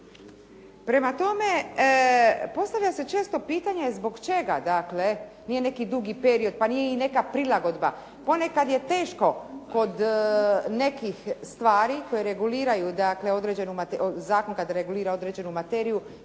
Prema tome, postavlja se često pitanje zbog čega dakle nije neki dugi period, pa nije i neka prilagodba. Ponekad je teško kod nekih stvari koje reguliraju, zakon kada regulira određenu materiju